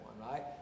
right